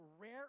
rare